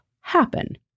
happen